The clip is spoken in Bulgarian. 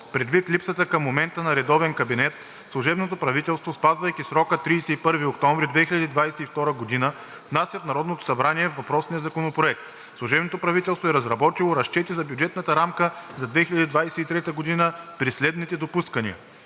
Предвид липсата към момента на редовен кабинет, служебното правителство, спазвайки срока – 31 октомври 2022 г., внася в Народното събрание въпросния законопроект. Служебното правителство е разработило разчети за бюджетната рамка за 2023 г. при следните допускания: